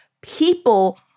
people